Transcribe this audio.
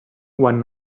one